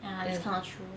ya it's kind of true